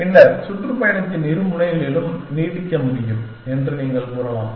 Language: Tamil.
பின்னர் சுற்றுப்பயணத்தின் இரு முனைகளிலும் நீட்டிக்க முடியும் என்று நீங்கள் கூறலாம்